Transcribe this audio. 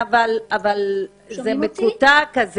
זה מקוטע.